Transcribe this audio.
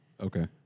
Okay